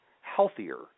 healthier